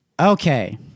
Okay